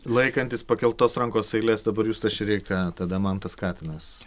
laikantis pakeltos rankos eilės dabar justas šireika tada mantas katinas